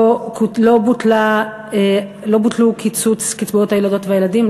לא בוטל קיצוץ קצבאות הילדות והילדים,